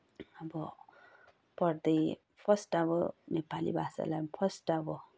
अब पढ्दै फर्स्ट अब नेपाली भाषालाई फर्स्ट अब